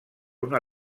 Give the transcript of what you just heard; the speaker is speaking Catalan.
una